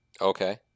Okay